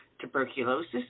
tuberculosis